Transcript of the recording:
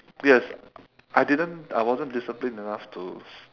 yes I didn't I wasn't disciplined enough to